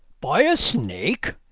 by a snake?